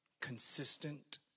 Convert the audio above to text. consistent